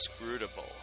inscrutable